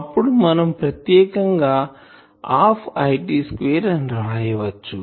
అప్పుడు మనం ప్రత్యక్షం గా హాఫ్ IT స్క్వేర్ అని వ్రాయచ్చు